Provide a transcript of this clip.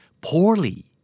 poorly